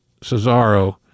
Cesaro